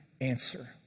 answer